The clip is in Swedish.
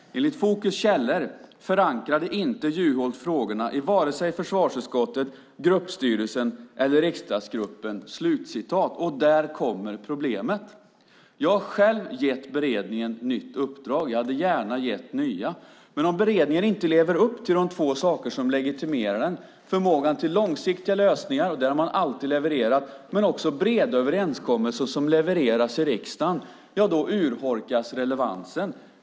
Enligt Fokus källor förankrade inte Juholt frågorna i vare sig försvarsutskottet, gruppstyrelsen eller riksdagsgruppen. Där kommer problemet. Jag har själv gett beredningen ett nytt uppdrag. Jag hade gärna gett nya, men om beredningen inte lever upp till de två saker som legitimerar den, förmågan till långsiktiga lösningar - och där har man alltid levererat - och breda överenskommelser som levereras i riksdagen, urholkas relevansen.